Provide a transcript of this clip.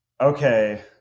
Okay